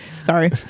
Sorry